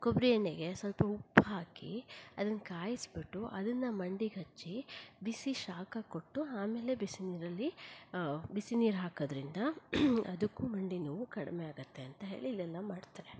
ಕೊಬ್ಬರಿ ಎಣ್ಣೆಗೆ ಸ್ವಲ್ಪ ಉಪ್ಪು ಹಾಕಿ ಅದನ್ನು ಕಾಯಿಸಿಬಿಟ್ಟು ಅದನ್ನು ಮಂಡಿಗೆ ಹಚ್ಚಿ ಬಿಸಿ ಶಾಖ ಕೊಟ್ಟು ಆಮೇಲೆ ಬಿಸಿನೀರಲ್ಲಿ ಬಿಸಿನೀರು ಹಾಕೋದ್ರಿಂದ ಅದಕ್ಕೂ ಮಂಡಿ ನೋವು ಕಡಿಮೆ ಆಗತ್ತೆ ಅಂತ ಹೇಳಿ ಇಲ್ಲೆಲ್ಲ ಮಾಡ್ತಾರೆ